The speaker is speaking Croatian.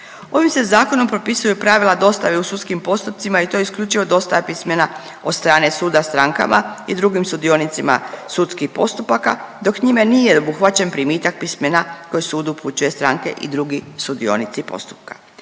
Ovim se Zakonom propisuju pravila dostave u sudskim postupcima i to isključivo dostava pismena od strane suda strankama i drugim sudionicima sudskih postupaka, dok njime nije obuhvaćen primitak pismena koje sud upućuje stranke i drugi sudionici postupka.